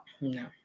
no